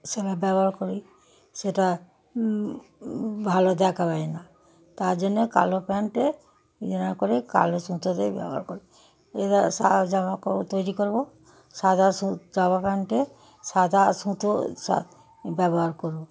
ওর সঙ্গে ব্যবহার করি সেটা ভালো দেখাবে না তার জন্যে কালো প্যান্টে করে কালো সুতোটাই ব্যবহার করি এবার সাদা জামা করব তৈরি করব সাদা সুতা জামা প্যান্টে সাদা সুতো সা ব্যবহার করব